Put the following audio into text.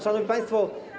Szanowni Państwo!